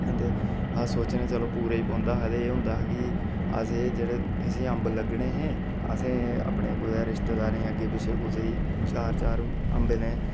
ते अस सोचने हां चलो पूरे ई पौंदा हा ते एह् होंदा हां कि अस एह् जेह्ड़े इसी अंब लग्गने हे असें एह् अपने कुतै रिशतेदारें ई अग्गें पिच्छें कुसै ई चार चार अंबे